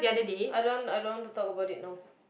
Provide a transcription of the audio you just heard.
I don't want I don't want to talk about it now